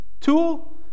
tool